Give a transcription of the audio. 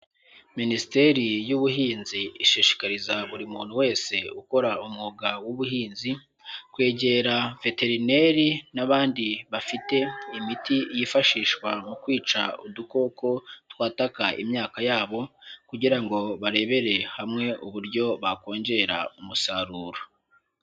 Minisiteri y'Ubuhinzi ishishikariza buri muntu wese ukora umwuga w'ubuhinzi, kwegera veterineri n'abandi bafite imiti yifashishwa mu kwica udukoko twataka imyaka yabo, kugira ngo barebere hamwe uburyo bakongera umusaruro.